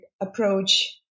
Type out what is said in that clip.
approach